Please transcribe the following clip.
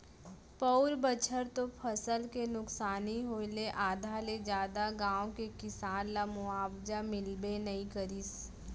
पउर बछर तो फसल के नुकसानी होय ले आधा ले जादा गाँव के किसान ल मुवावजा मिलबे नइ करिस